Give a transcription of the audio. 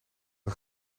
een